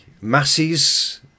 masses